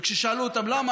וכששאלו אותם למה,